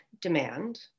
demand